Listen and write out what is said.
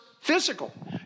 physical